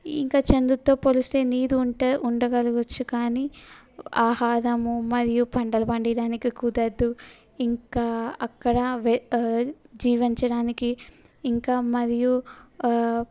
ఇంకా చంద్రుడితో పోలిస్తే నీరు ఉంటే ఉండవచ్చు కానీ ఆహారము మరియు పంటలు పండించడానికి కుదరదు ఇంకా అక్కడ జీవించడానికి ఇంకా మరియు